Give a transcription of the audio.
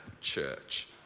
Church